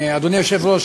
אדוני היושב-ראש,